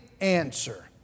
answer